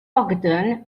ogden